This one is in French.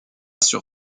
sur